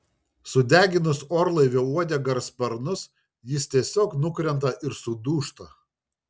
sudeginus orlaivio uodegą ar sparnus jis tiesiog nukrenta ir sudūžta